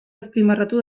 azpimarratu